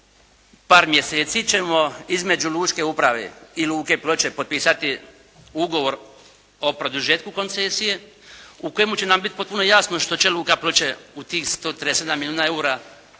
par mjeseci ćemo između lučke uprave i Luke Ploče potpisati ugovor o produžetku koncesije u kojemu će nam biti potpuno jasno što će Luka Ploče u tih 137 milijuna eura